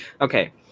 Okay